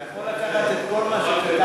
אתה יכול לקחת את כל מה שכתבתי